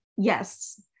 Yes